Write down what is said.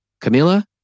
Camila